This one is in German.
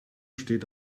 steht